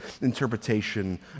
interpretation